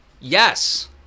Yes